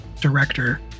director